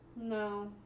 No